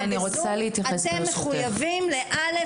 אתם מחויבים ל-א',